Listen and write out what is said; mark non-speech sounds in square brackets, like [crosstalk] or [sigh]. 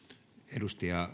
arvoisa herra [unintelligible]